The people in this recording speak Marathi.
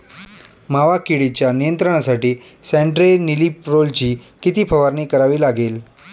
मावा किडीच्या नियंत्रणासाठी स्यान्ट्रेनिलीप्रोलची किती फवारणी करावी लागेल?